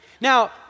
Now